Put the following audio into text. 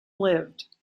lived